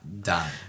done